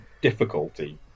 difficulty